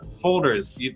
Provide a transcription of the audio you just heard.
folders